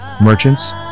merchants